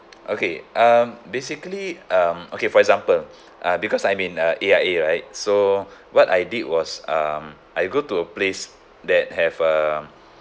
okay um basically um okay for example uh because I in uh A_I_A right so what I did was um I go to a place that have um